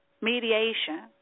mediation